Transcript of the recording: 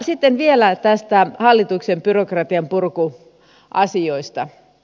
sitten vielä näistä hallituksen byrokratianpurkuasioista